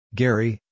Gary